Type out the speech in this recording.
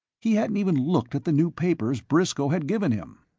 he hadn't even looked at the new papers briscoe had given him!